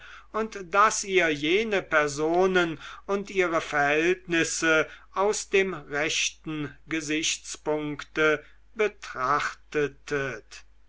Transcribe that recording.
und daß ihr jene personen und ihre verhältnisse aus dem rechten gesichtspunkte